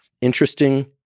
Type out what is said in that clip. interesting